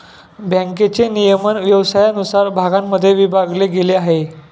बँकेचे नियमन व्यवसायानुसार भागांमध्ये विभागले गेले आहे